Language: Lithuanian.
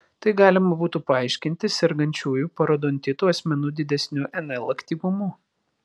tai galima būtų paaiškinti sergančiųjų parodontitu asmenų didesniu nl aktyvumu